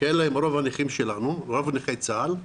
ואלה הם רוב הנכים שלנו, רוב נכי צה"ל,